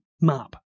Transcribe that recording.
map